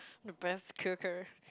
the best cooker